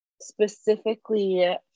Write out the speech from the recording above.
specifically